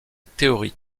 théorie